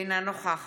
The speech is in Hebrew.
אינו נוכח